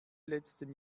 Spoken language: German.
letzten